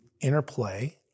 interplay